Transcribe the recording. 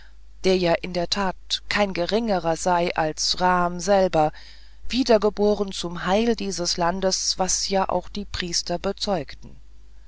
der ja in der tat kein geringerer sei als rm selber wiedergeboren zum heil dieses landes was ja auch die priester bezeugten